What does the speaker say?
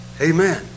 Amen